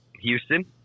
Houston